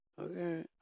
okay